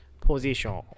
Position